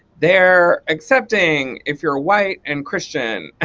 they're accepting if you're white and christian. ah